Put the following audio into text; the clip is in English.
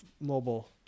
mobile